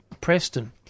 Preston